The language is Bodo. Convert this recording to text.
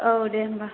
औ दे होमब्ला